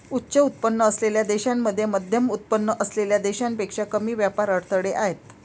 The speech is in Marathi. उच्च उत्पन्न असलेल्या देशांमध्ये मध्यमउत्पन्न असलेल्या देशांपेक्षा कमी व्यापार अडथळे आहेत